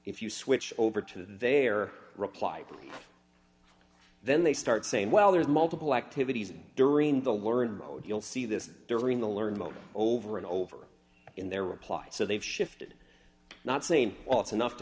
if you switch over to their reply then they start saying well there's multiple activities during the learning mode you'll see this during the learn mode over and over in their reply so they've shifted not seen well it's enough to